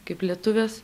kaip lietuvės